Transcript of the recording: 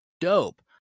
Dope